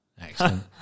Excellent